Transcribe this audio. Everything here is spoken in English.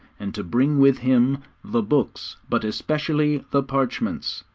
and to bring with him the books, but especially the parchments.